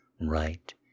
right